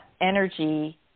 energy